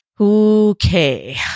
Okay